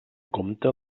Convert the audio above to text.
compte